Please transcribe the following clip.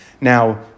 Now